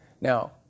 Now